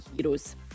heroes